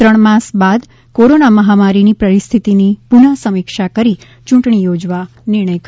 ત્રણ માસ બાદ કોરોના મહામારીની પરિસ્થિતિની પુનઃ સમીક્ષા કરી ચૂંટણી યોજવા નિર્ણય કર્યો છે